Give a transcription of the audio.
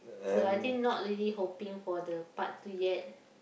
so I think not really hoping for the part two yet